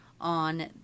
On